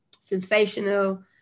Sensational